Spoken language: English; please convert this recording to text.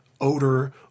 odor